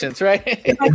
right